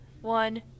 one